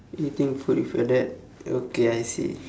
eating food with your dad okay I see